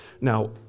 Now